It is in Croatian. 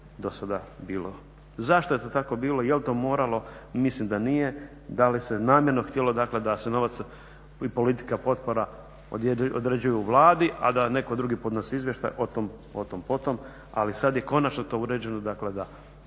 do sada bilo. Zašto je to tako bilo, jel to moralo, mislim da nije. Da li se namjerno htjelo da se novac i politika potpora određuju u Vladi, a da netko drugi podnosi izvještaj, o tom potom, ali sad je konačno to uređeno dakle da